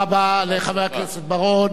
האם אלקין רוצה לדבר?